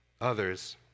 others